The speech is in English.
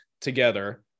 together